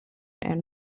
and